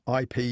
IP